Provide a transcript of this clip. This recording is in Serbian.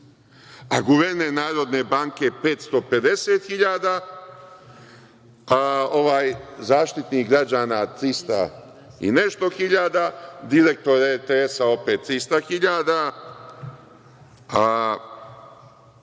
a guverner Narodne banke 550.000, a Zaštitnik građana 300 i nešto hiljada, direktor RTS opet 300.000,